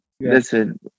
Listen